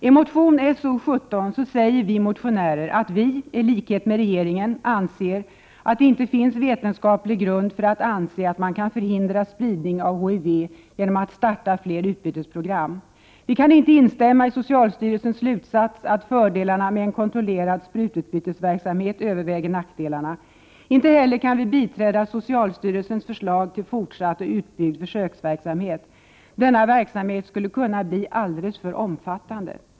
I motion So17 säger vi motionärer att vi i likhet med regeringen anser att det saknas vetenskaplig grund för att anse att man kan förhindra spridning av HIV genom att starta fler utbytesprogram. Vi kan inte instämma i socialstyrelsens slutsats att fördelarna med en kontrollerad sprututbytesverksamhet överväger nackdelarna. Ej heller kan vi biträda socialstyrelsens förslag till fortsatt och utbyggd försöksverksamhet. Denna verksamhet skulle kunna bli alldeles för omfattande.